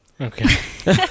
Okay